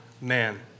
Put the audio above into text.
man